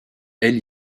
elle